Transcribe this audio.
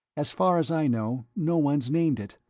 as far as i know, no one's named it.